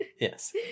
yes